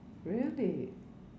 really